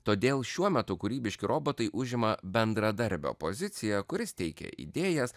todėl šiuo metu kūrybiški robotai užima bendradarbio poziciją kuris teikia idėjas